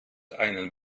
einen